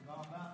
תודה רבה.